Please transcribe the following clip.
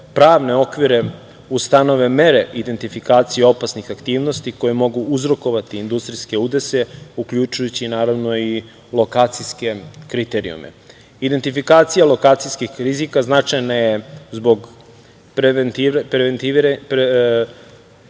pravne okvire ustanove mere identifikacije opasnih aktivnosti koje mogu uzrokovati industrijske udese uključujući naravno i lokacijske kriterijume. Identifikacija lokacijskih rizika značajna je zbog preveniranja